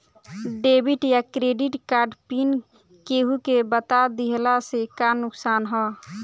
Debit या credit card PIN केहूके बता दिहला से का नुकसान ह?